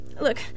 Look